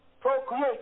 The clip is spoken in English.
Procreate